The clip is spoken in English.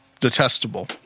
Detestable